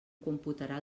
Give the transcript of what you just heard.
computarà